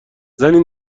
زنی